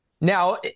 Now